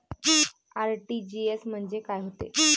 RTGS म्हंजे काय होते?